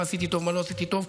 מה עשיתי טוב ומה לא עשיתי טוב,